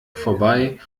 vorbei